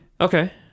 Okay